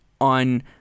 on